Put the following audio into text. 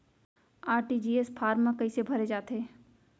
RTGS form कइसे भरे जाथे?